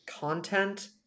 content